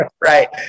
Right